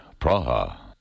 Praha